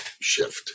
shift